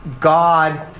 God